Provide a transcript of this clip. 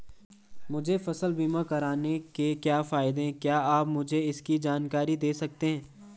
मुझे फसल बीमा करवाने के क्या फायदे हैं क्या आप मुझे इसकी जानकारी दें सकते हैं?